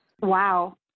Wow